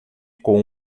com